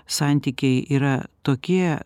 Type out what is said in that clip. santykiai yra tokie